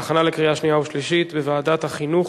לוועדת החינוך,